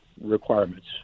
requirements